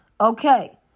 Okay